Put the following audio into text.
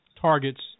targets